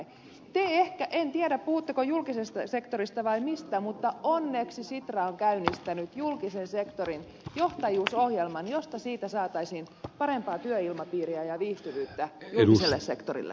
en tiedä puhutteko julkisesta sektorista vai mistä mutta onneksi sitra on käynnistänyt julkisen sektorin johtajuusohjelman jotta saataisiin parempaa työilmapiiriä ja viihtyvyyttä julkiselle sektorille